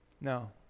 No